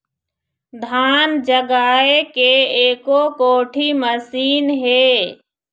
धान जगाए के एको कोठी मशीन हे?